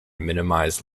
minimize